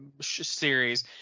series